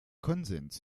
konsens